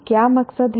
क्या मकसद है